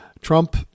Trump